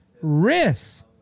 risk